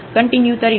continue તરીકે